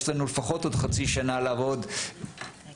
יש לנו לפחות חצי שנה לעבוד עוד,